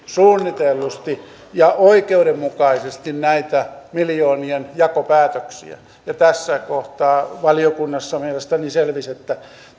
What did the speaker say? suunnitellusti ja oikeudenmukaisesti näitä miljoonien jakopäätöksiä ja tässä kohtaa valiokunnassa mielestäni selvisi että